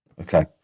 Okay